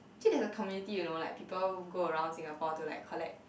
actually there is a community you know like people go around Singapore to like collect